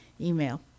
email